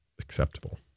acceptable